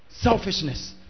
Selfishness